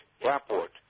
airport